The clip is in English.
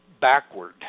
backward